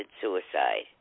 suicide